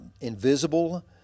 invisible